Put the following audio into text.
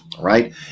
right